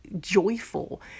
joyful